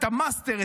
המאסטר,